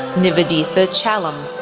niveditha a. chalam,